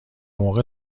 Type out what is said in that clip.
موقع